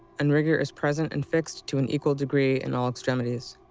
and rigor is present and fixed to an equal degree in all extremities.